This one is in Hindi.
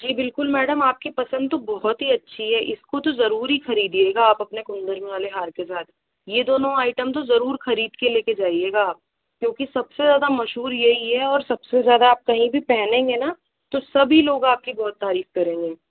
जी बिलकुल मैडम आपकी पसंद तो बहुत ही अच्छी है इसको तो ज़रूर ही खरीदियेगा आप आपके कुंदन वाले हार के साथ ये दोनों आइटम तो ज़रूर खरीद के लेकर जाइएगा आप क्योंकि सबसे ज़्यादा मशहूर यही है और सबसे ज़्यादा आप कही भी पहनेंगे न तो सभी लोग आपकी बहुत तारीफ करेंगे